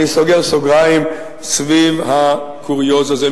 אני סוגר סוגריים סביב הקוריוז הזה.